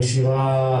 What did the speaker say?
נשירה,